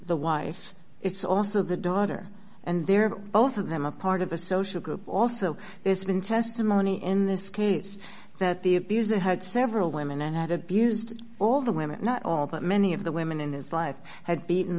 the wife it's also the daughter and they're both of them a part of a social group also there's been testimony in this case that the abuser had several women and had abused all the women not all but many of the women in his life had beaten